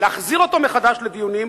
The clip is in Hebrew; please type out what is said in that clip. להחזיר אותו מחדש לדיונים,